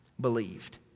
believed